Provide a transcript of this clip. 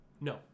No